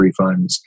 refunds